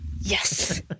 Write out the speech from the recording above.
Yes